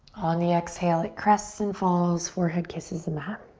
on the exhale it crests and falls. forehead kisses the mat.